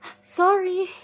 sorry